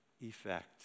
effect